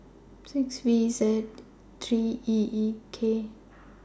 six V Z three E E K